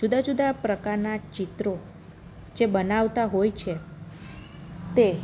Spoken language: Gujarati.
જુદા જુદા પ્રકારના ચિત્રો જે બનાવતાં હોય છે તે